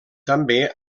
també